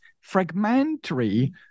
fragmentary